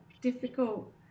difficult